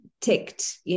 ticked